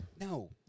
No